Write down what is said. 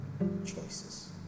choices